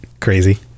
crazy